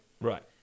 Right